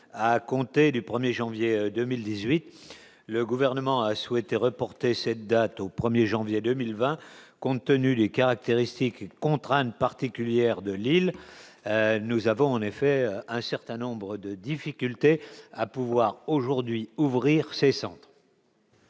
à compter du 1er janvier 2018, le gouvernement a souhaité reporter cette date au 1er janvier 2020, compte tenu des caractéristiques et contraintes particulières de Lille nous avons en effet un certain nombre de difficultés à pouvoir aujourd'hui ouvrir ses cendres.